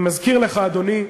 אני מזכיר לך, אדוני,